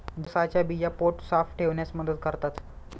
जवसाच्या बिया पोट साफ ठेवण्यास मदत करतात